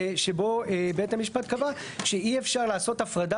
שבו בית המשפט קבע שאי אפשר לעשות הפרדה